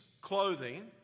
clothing